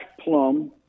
Plum